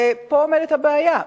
ופה הבעיה.